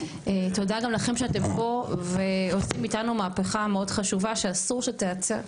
תודה גם לכם שאתם פה ועושים איתנו מהפכה מאוד חשובה שאסור שתיעצר,